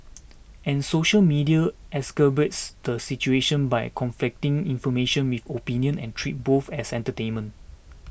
and social media exacerbates the situation by conflating information with opinion and treating both as entertainment